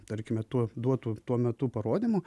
tarkime tuo duotu tuo metu parodymu